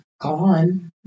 gone